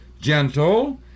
gentle